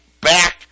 back